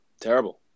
terrible